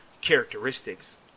characteristics